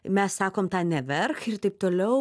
mes sakom tą neverk ir taip toliau